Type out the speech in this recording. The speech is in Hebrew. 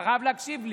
אתה חייב להקשיב לי.